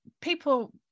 people